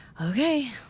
okay